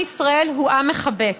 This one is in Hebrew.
עם ישראל הוא עם מחבק,